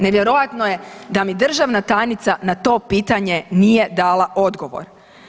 Nevjerojatno je da mi državna tajnica na to pitanje nije dala odgovor.